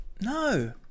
No